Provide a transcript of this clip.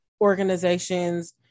organizations